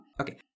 Okay